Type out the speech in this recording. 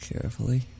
carefully